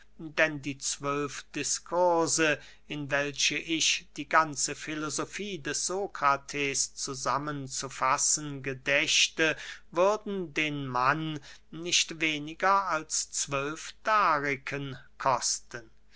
denn die zwölf diskurse in welche ich die ganze filosofie des sokrates zusammen zu fassen gedächte würden den mann nicht weniger als zwölf dariken kosten